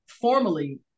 formally